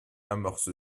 amorce